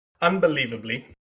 Unbelievably